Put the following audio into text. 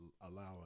allowing